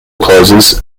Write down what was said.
closes